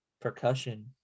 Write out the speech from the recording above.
percussion